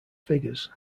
figures